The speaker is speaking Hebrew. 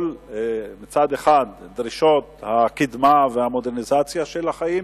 שמצד אחד תענה על דרישות הקידמה והמודרניזציה של החיים